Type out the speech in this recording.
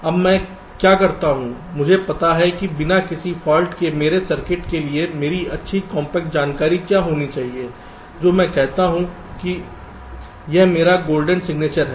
अब मैं क्या करता हूं मुझे पता है कि बिना किसी फॉल्ट के मेरे सर्किट के लिए मेरी अच्छी कॉम्पैक्ट जानकारी क्या होनी चाहिए जो मैं कहता हूं कि यह मेरा गोल्डन सिग्नेचर है